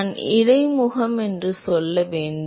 நான் இடைமுகம் என்று சொல்ல வேண்டும்